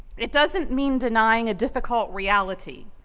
it doesn't mean denying a difficult reality,